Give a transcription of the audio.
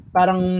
Parang